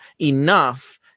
enough